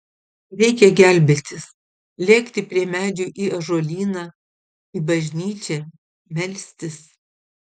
reikia gelbėtis lėkti prie medžių į ąžuolyną į bažnyčią melstis